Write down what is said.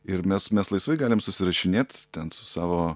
ir mes mes laisvai galim susirašinėt ten su savo